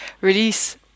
release